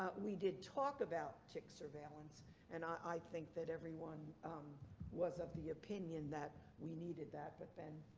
ah we did talk about tick surveillance and i think that everyone was of the opinion that we needed that. but ben,